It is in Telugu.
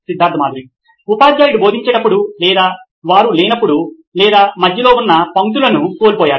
సిద్ధార్థ్ మాతురి CEO నోయిన్ ఎలక్ట్రానిక్స్ ఉపాధ్యాయుడు బోధించేటప్పుడు లేదా వారు లేనప్పుడు లేదా మధ్యలో కొన్ని పంక్తులను కోల్పోయారు